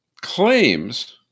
claims